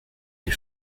les